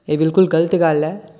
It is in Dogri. एह् बिल्कुल गलत गल्ल ऐ